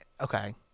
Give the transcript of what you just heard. Okay